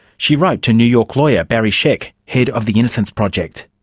she wrote to new york lawyer barry scheck, head of the innocence project.